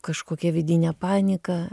kažkokia vidinė panika